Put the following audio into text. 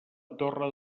torre